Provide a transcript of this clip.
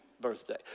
birthday